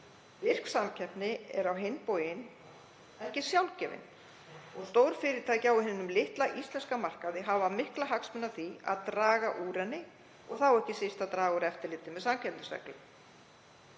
Virk samkeppni er á hinn bóginn ekki sjálfgefin og stórfyrirtæki á hinum litla íslenska markaði hafa mikla hagsmuni af því að draga úr henni og þá ekki síst að draga úr eftirliti með samkeppnisreglum.